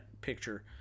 picture